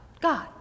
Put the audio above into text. God